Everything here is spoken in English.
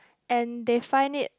and they find it